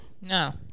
No